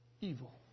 evil